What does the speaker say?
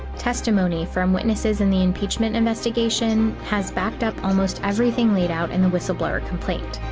testimony from witnesses in the impeachment investigation has backed up almost everything laid out in the whistleblower complaint.